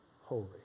holy